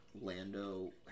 lando